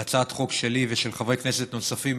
בהצעת חוק שלי ושל חברי כנסת נוספים,